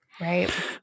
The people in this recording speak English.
Right